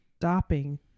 stopping